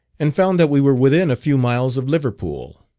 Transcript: and found that we were within a few miles of liverpool.